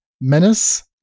menace